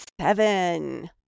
seven